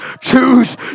Choose